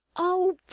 oh,